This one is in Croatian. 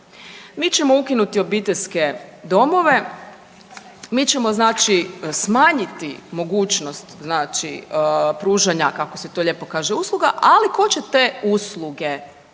Mi ćemo ukinuti obiteljske domove, mi ćemo znači smanjiti mogućnost znači pružanja, kako se to lijepo kaže, ali tko će te usluge pružati?